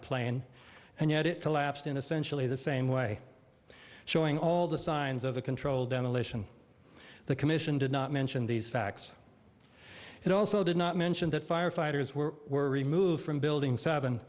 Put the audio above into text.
plane and yet it collapsed in essentially the same way showing all the signs of a controlled demolition the commission did not mention these facts it also did not mention that firefighters were were removed from building seven